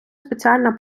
спеціальна